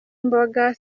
imboga